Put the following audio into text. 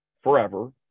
forever